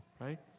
Right